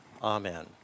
Amen